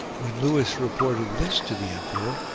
when lewis reported this to the emperor,